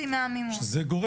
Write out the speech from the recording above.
אני לא ידוע